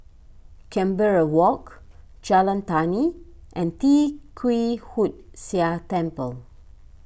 Canberra Walk Jalan Tani and Tee Kwee Hood Sia Temple